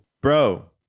bro